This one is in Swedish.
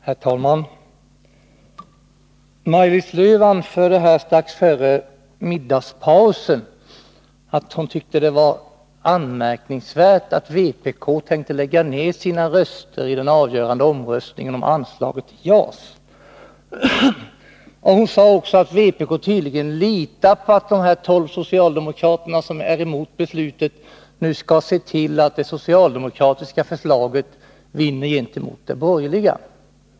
Herr talman! Maj-Lis Lööw anförde strax före middagspausen att hon tyckte det var anmärkningsvärt att vpk tänkte lägga ned sina röster i den avgörande omröstningen om anslaget till JAS. Hon sade också att vpk tydligen litar på att de tolv socialdemokraterna som är emot beslutet nu skall se till att det socialdemokratiska förslaget vinner gentemot det borgerliga.